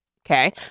Okay